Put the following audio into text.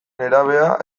nerabea